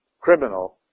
criminal